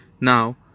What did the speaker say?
now